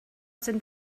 sind